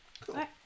Cool